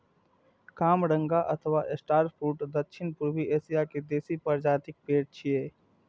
कामरंगा अथवा star fruit दक्षिण पूर्वी एशिया के देसी प्रजातिक पेड़ छियै